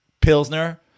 Pilsner